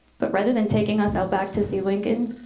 but rather than taking us out back to see lincoln,